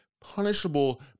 punishable